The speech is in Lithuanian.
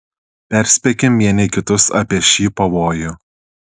perspėkim vieni kitus apie šį pavojų